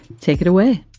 take it away